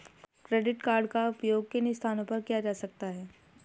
Credit card का उपयोग किन स्थानों पर किया जा सकता है?